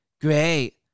Great